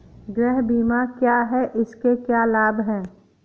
गृह बीमा क्या है इसके क्या लाभ हैं?